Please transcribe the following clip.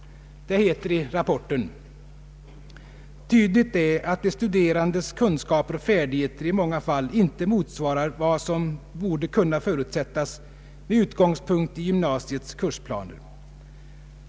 Det heter i rapporten: ”Tydligt är att de studerandes kunskaper och färdigheter i många fall inte motsvarar vad som borde kunna förutsättas med utgångspunkt i gymnasiets kursplaner.